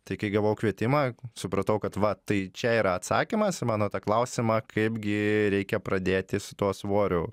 tai kai gavau kvietimą supratau kad va tai čia yra atsakymas į mano tą klausimą kaip gi reikia pradėti su tuo svoriu